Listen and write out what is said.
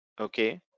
okay